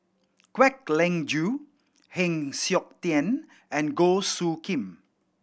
Kwek Leng Joo Heng Siok Tian and Goh Soo Khim